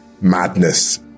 madness